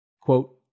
Quote